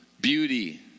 beauty